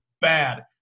bad